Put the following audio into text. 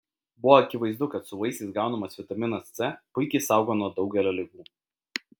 buvo akivaizdu kad su vaisiais gaunamas vitaminas c puikiai saugo nuo daugelio ligų